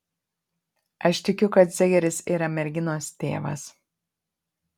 aš tikiu kad zegeris yra merginos tėvas